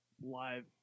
live